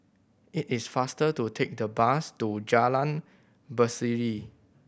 it is faster to take the bus to Jalan Berseri